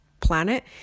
planet